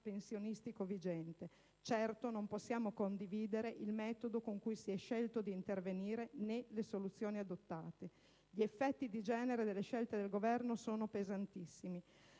pensionistico vigente; certo non possiamo condividere il metodo con cui si è scelto di intervenire, né le soluzioni adottate. Gli effetti di genere delle scelte del Governo sono pesantissimi.